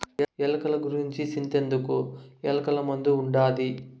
ఎలక గూర్సి సింతెందుకు, ఎలకల మందు ఉండాదిగా